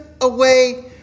away